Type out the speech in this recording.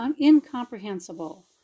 incomprehensible